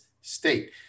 state